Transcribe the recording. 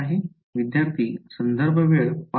विद्यार्थीः संदर्भः वेळ ०५